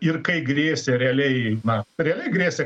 ir kai grėsė realiai na realiai grėsė